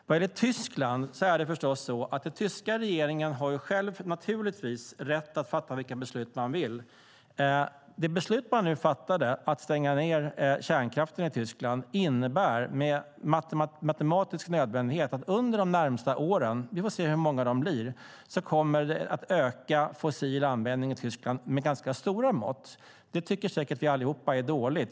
Vad gäller Tyskland har den tyska regeringen naturligtvis rätt att fatta vilka beslut den vill. Det beslut som nu fattades, alltså att stänga ned kärnkraften i Tyskland, innebär med matematisk nödvändighet att den fossila användningen under de närmsta åren - vi får se hur många det blir - kommer att öka med ganska stora mått i Tyskland. Det tycker säkert vi allihop är dåligt.